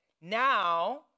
Now